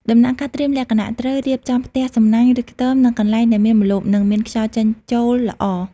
ដំណាក់កាលត្រៀមលក្ខណៈត្រូវរៀបចំផ្ទះសំណាញ់ ឬខ្ទម និងកន្លែងដែលមានម្លប់ និងមានខ្យល់ចេញចូលល្អ។